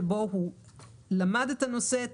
שבו הוא למד את הנושא,